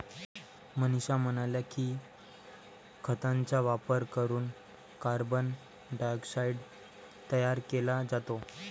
मनीषा म्हणाल्या की, खतांचा वापर करून कार्बन डायऑक्साईड तयार केला जातो